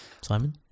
Simon